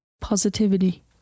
positivity